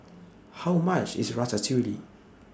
How much IS Ratatouille